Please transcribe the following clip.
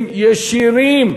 ישירים.